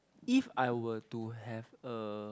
if I were to have a